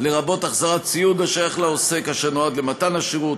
לרבות החזרת ציוד השייך לעוסק אשר נועד למתן השירות,